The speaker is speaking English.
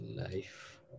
life